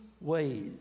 ways